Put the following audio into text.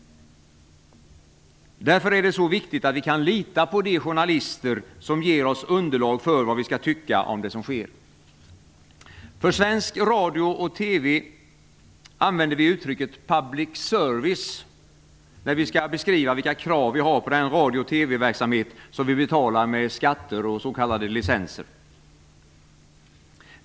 Därför är det så viktigt att vi kan lita på de journalister som ger oss underlag för vad vi skall tycka om det som sker. För svensk radio och TV använder vi uttrycket public service när vi skall beskriva vilka krav som vi har på den radio och TV-verksamhet som vi betalar med skatter och s.k. licensavgifter.